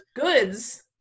goods